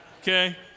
okay